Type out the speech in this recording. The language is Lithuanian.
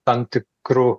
tam tikru